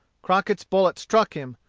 crockett's bullet struck him,